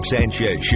Sanchez